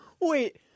Wait